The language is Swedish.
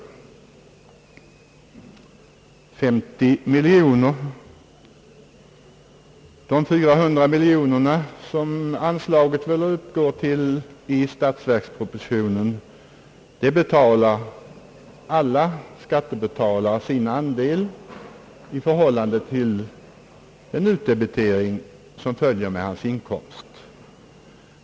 Det gällde 50 miljoner kronor. Till de 400 miljoner kronor, som anslaget upptages till i statsverkspropositionen, skall alla skattebetalare bidraga genom utdebitering som följer av vederbörandes inkomst.